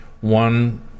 one